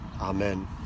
Amen